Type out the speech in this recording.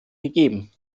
gegeben